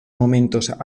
momentos